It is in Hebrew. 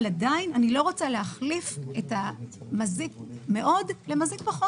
אבל עדיין אני לא רוצה להחליף את המזיק מאוד במזיק פחות.